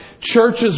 Churches